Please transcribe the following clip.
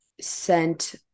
sent